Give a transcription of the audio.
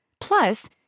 Plus